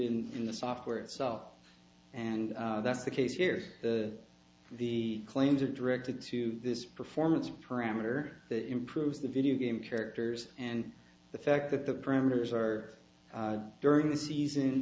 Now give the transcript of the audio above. in the software itself and that's the case here's the the claims are directed to this performance parameter that improves the video game characters and the fact that the parameters are during the season